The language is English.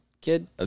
kid